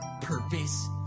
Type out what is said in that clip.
Purpose